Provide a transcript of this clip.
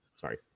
sorry